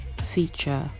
feature